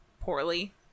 poorly